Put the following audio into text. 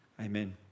Amen